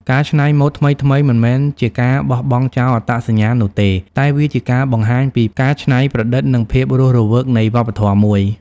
ការច្នៃម៉ូដថ្មីៗ មិនមែនជាការបោះបង់ចោលអត្តសញ្ញាណនោះទេ តែវាជាការបង្ហាញពីការច្នៃប្រឌិតនិងភាពរស់រវើកនៃវប្បធម៌មួយ។